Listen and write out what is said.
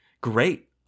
great